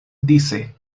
dise